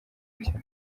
nshya